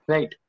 Right